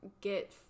get